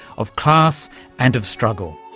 of class and of struggle.